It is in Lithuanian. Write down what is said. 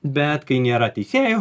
bet kai nėra teisėjų